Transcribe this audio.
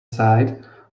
site